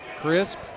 Crisp